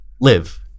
live